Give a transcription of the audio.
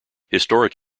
historic